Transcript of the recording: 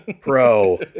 Pro